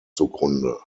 zugrunde